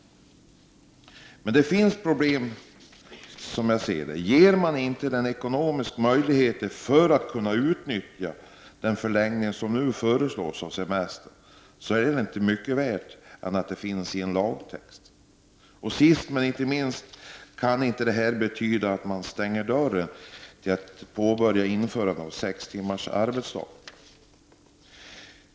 Det finns emellertid problem. Om människor inte ges ekonomiska möjligheter att utnyttja den förlängning av semestern som nu föreslås är den inte mycket värd, då finns den bara fastslagen i en lagtext. Och sist men inte minst får detta inte betyda att man stänger dörren för införandet av sex timmars arbetsdag.